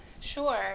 Sure